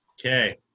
Okay